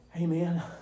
Amen